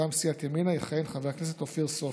מטעם סיעת ימינה יכהן חבר הכנסת אופיר סופר.